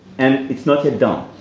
and it's not yet done.